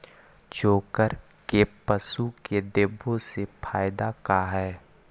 चोकर के पशु के देबौ से फायदा का है?